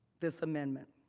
this amendment.